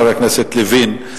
חבר הכנסת לוין,